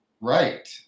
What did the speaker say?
Right